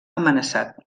amenaçat